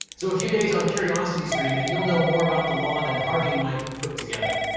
so a few days on curiositystream and you'll know more about the law than harvey and mike put together.